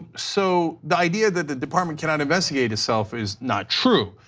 so the idea that the department cannot investigate itself is not true.